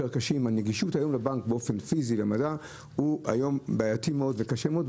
שהנגישות היום לבנק באופן פיזי היא בעייתית מאוד וקשה מאוד.